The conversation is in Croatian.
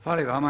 Hvala i vama.